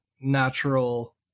natural